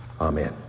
Amen